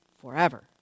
forever